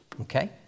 Okay